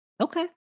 Okay